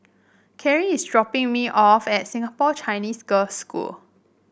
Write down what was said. Carie is dropping me off at Singapore Chinese Girls' School